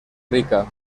rica